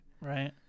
Right